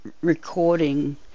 recording